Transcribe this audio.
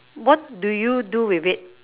what do you do with it